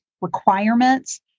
requirements